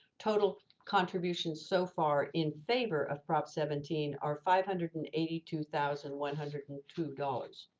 total contributions so far in favor of prop seventeen are five hundred and eighty two thousand one hundred and two dollars